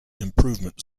improvement